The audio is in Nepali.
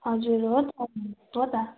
हजुर हो त हो त